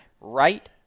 right